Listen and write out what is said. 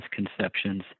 misconceptions